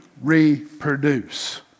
reproduce